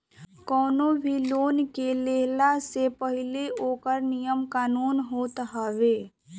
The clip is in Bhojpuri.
कवनो भी लोन के लेहला से पहिले ओकर नियम कानून होत हवे